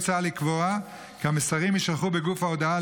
מוצע לקבוע כי המסרים יישלחו בגוף ההודעה